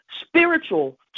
spiritual